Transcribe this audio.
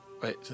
Wait